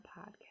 podcast